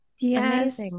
yes